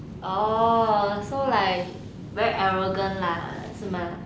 orh so like very arrogant lah 是吗